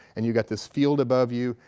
and you got this field above you,